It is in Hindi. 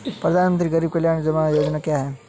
प्रधानमंत्री गरीब कल्याण जमा योजना क्या है?